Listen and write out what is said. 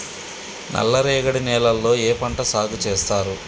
నల్లరేగడి నేలల్లో ఏ పంట సాగు చేస్తారు?